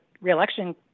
re-election